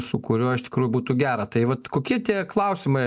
su kuriuo iš tikrųjų būtų gera tai vat kokie tie klausimai